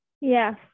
Yes